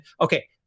Okay